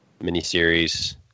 miniseries